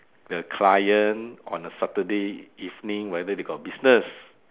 the client on a saturday evening whether they got business